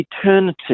eternity